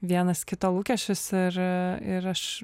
vienas kito lūkesčius ir ir aš